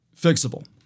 fixable